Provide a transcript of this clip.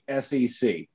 SEC